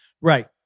Right